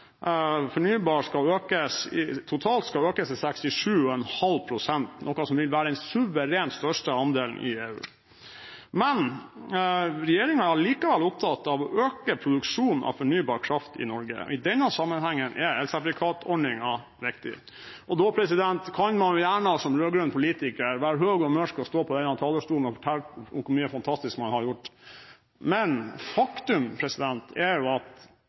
fornybar totalt skal økes til 67,5 pst., noe som vil være den suverent største andelen i EU. Men regjeringen er likevel opptatt av å øke produksjonen av fornybar kraft i Norge. I denne sammenhengen er elsertifikatordningen viktig. Man kan gjerne som rød-grønn politiker være høy og mørk og stå på denne talerstolen og fortelle om hvor mye fantastisk man har gjort, men faktum er at